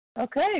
Okay